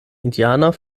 indianer